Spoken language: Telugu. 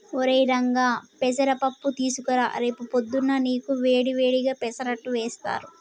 ఒరై రంగా పెసర పప్పు తీసుకురా రేపు పొద్దున్నా నీకు వేడి వేడిగా పెసరట్టు వేస్తారు